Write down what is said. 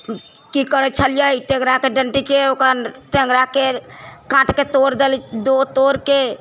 कि करैत छलियै टेङ्गराके डनटीके ओकर टेङ्गराके काटिके तोड़ि दे तोड़िके